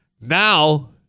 Now